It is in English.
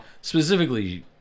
Specifically